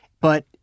But-